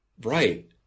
Right